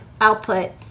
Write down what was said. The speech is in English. output